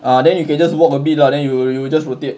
ah then you can just walk a bit lah then you will you will just rotate